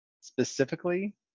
specifically